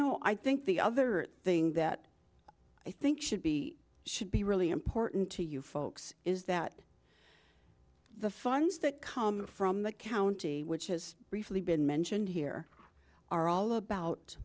know i think the other thing that i think should be should be really important to you folks is that the funds that come from the county which is briefly been mentioned here are all about